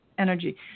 Energy